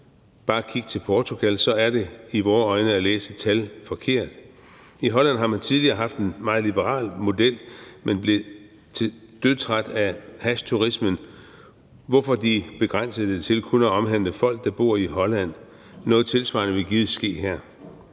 bare kig til Portugal – er i vores øjne at læse tal forkert. I Holland har man tidligere haft en meget liberal model, men blev dødtræt af hashturismen, hvorfor de begrænsede det til kun at omhandle folk, der bor i Holland. Noget tilsvarende vil givet ske her.